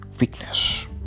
weakness